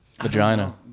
Vagina